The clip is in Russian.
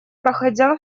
проходя